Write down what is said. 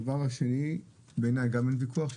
הדבר השני שבעיני גם אין עליו ויכוח הוא